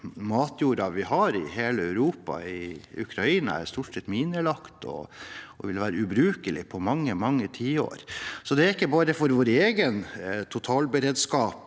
matjorda vi har i hele Europa, i Ukraina, er stort sett minelagt og vil være ubrukelig i mange, mange tiår. Det er ikke bare for vår egen totalberedskap